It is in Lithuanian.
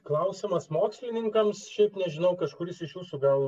klausimas mokslininkams šiaip nežinau kažkuris iš jūsų gal